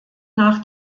nach